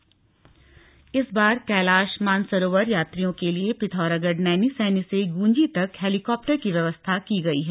कैलाश मानसरोवर यात्रा इस बार कैलाश मानसरोवर यात्रियों के लिए पिथौरागढ़ नैनी सैनी से गूंजी तक हेलीकॉप्टर की व्यवस्था की गई है